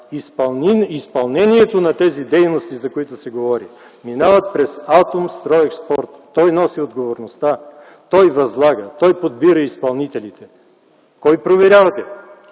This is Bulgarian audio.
изпълнението на тези дейности, за които се говори, минават през „Атомстройекспорт”, той носи отговорността, той възлага, той подбира изпълнителите. Кого проверявате?